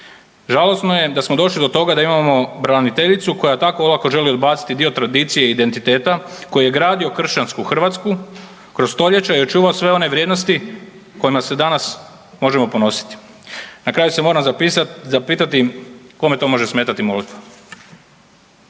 Žalosno je da smo došli do toga da imamo braniteljicu koja tako olako želi odbaciti dio tradicije i identiteta koji je gradio kršćansku Hrvatsku kroz stoljeća i očuvao sve one vrijednosti kojima se danas možemo ponositi. Na kraju se moram zapitati kome to može smetati molitva.